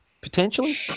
potentially